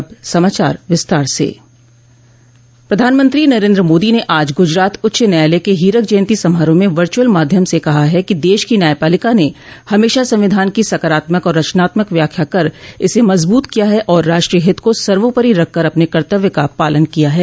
अब समाचार विस्तार से प्रधानमंत्री नरेन्द्र मोदी ने आज गुजरात उच्च न्यायालय के हीरक जयंती समारोह में वर्चुअल माध्यम से कहा है कि देश की न्यायपालिका ने हमेशा संविधान की सकारात्मक और रचनात्मक व्याख्या कर इसे मजबूत किया है और राष्टोय हित को सर्वोपरि रखकर अपने कर्तव्य का पालन किया है